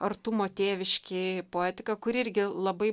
artumo tėviškėj poetika kuri irgi labai